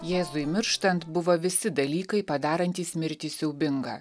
jėzui mirštant buvo visi dalykai padarantys mirtį siaubingą